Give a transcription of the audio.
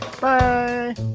Bye